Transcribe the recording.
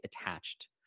attached